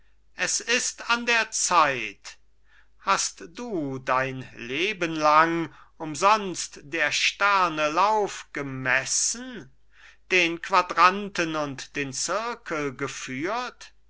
es ist an der zeit hast du dein leben lang umsonst der sterne lauf gemessen den quadranten und den zirkel geführt